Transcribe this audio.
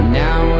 now